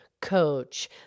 coach